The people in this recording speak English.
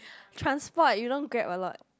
transport you don't Grab a lot